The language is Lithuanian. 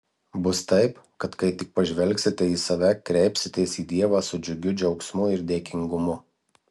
bus taip kad kai tik pažvelgsite į save kreipsitės į dievą su džiugiu džiaugsmu ir dėkingumu